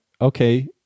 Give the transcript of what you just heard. okay